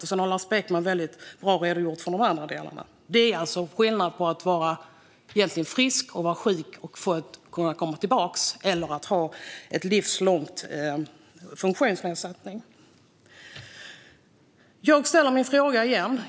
Lars Beckman har redogjort för de andra delarna väldigt bra. Det är alltså skillnad på att vara frisk och bli sjuk och sedan kunna komma tillbaka och att ha en livslång funktionsnedsättning. Jag ställer min fråga igen.